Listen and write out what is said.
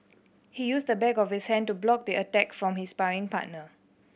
he used the back of his hand to block the attack from his sparring partner